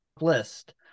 list